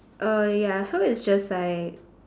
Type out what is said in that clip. a ya so it's just like